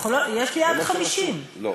יש לי עד 50. לא.